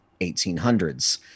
1800s